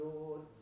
Lord